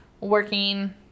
working